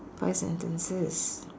five sentences